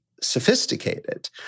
sophisticated